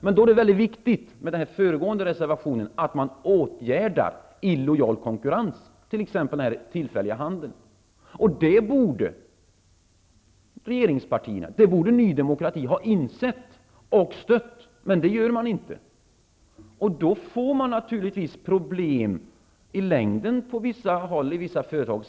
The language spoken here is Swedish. Men det är då mycket viktigt att man åtgärdar illojal konkurrens -- vilket tas upp i den förut nämnda reservationen -- och t.ex. den tillfälliga handeln. Det borde regeringspartierna och Ny demokrati ha insett, och man borde stött reservationen. Men det gör man inte. Då får man naturligtvis i längden problem i vissa företag.